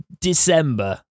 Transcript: December